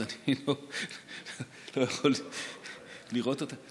אז אני לא יכול לראות אותה.